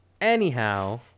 anyhow